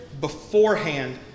beforehand